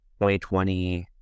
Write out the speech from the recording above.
2020